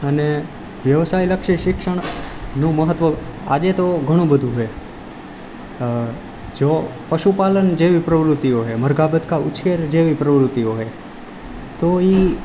અને વ્યવસાયલક્ષી શિક્ષણ નું મહત્વ આજે તો ઘણું બધું છે જો પશુપાલન જેવી પ્રવૃત્તિઓ છે મરઘાં બતકા ઉછેર જેવી પ્રવૃત્તિઓ છે તો એ